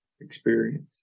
experience